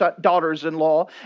daughters-in-law